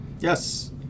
Yes